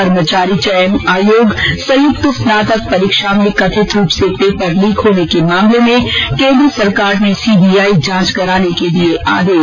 कर्मचारी चयन आयोग संयुक्त स्नातक परीक्षा में कथित रूप से पेपर लीक होने के मामले में केन्द्र सरकार ने सीबीआई जांच कराने के दिये आदेश